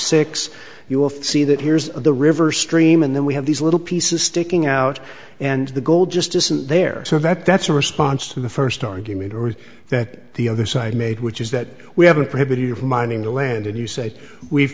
six you will see that here's the river stream and then we have these little pieces sticking out and the gold just isn't there so that that's a response to the first argument or that the other side made which is that we have a primitive mining the land and you say we've